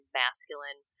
masculine